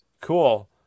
cool